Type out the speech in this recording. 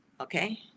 Okay